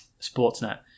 Sportsnet